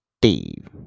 Steve